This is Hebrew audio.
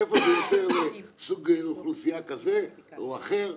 איפה ישנו סוג אוכלוסייה כזה או אחר,